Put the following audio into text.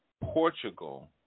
Portugal